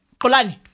kolani